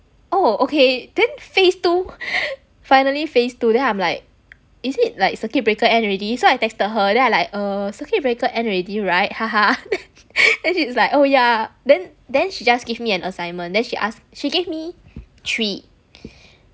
oh okay then phase two finally phase two then I'm like is it like circuit breaker end already so I texted her then I'm like err circuit breaker end already right haha then then she like oh yeah then then she just give me an assignment then she ask she gave me three